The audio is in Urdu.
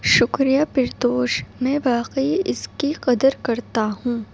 شکریہ پرتوش میں واقعی اس کی قدر کرتا ہوں